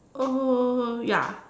uh ya